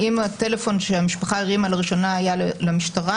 האם הטלפון שהמשפחה הרימה לראשונה היה למשטרה